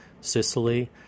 Sicily